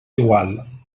igual